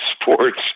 sports